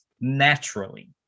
naturally